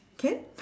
can